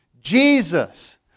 Jesus